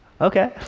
Okay